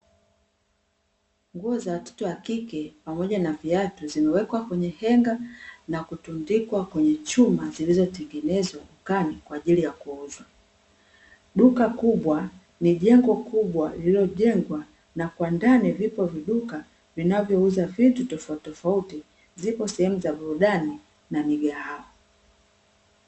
Nguo za watoto wa kike, pamoja na viatu zimewekwa kwenye henga na kutundikwa kwenye chumba zilizotengenezwa dukani kwa ajili ya kuuzwa. Duka kubwa ni jengo kubwa lililojengwa, na kwa ndani vipo viduka vinavyouza vitu tofautitofauti, zipo sehemu za burudani, na migahawa.